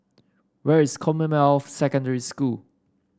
where is Commonwealth Secondary School